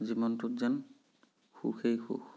জীৱনটোত যেন সুখেই সুখ